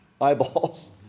eyeballs